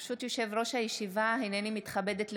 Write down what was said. ברשות יושב-ראש הישיבה, הינני מתכבדת להודיעכם,